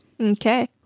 okay